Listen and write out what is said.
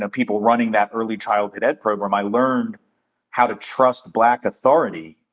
ah people running that early childhood ed program, i learned how to trust black authority,